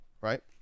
right